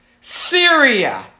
Syria